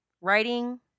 writing